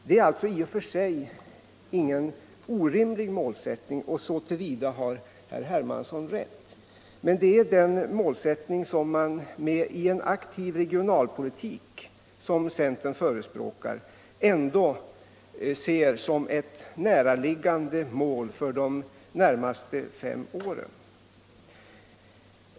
Det är alltså i och för sig ingen orimlig målsättning, så till vida har herr Hermansson rätt, det är helt enkelt vad man i en aktiv regionalpolitik, som centern förespråkar, ser som ett mål för de närmaste åren.